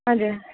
हजुर